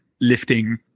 lifting